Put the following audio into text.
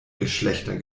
geschlechter